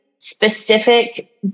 specific